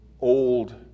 old